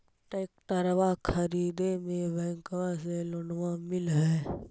ट्रैक्टरबा खरीदे मे बैंकबा से लोंबा मिल है?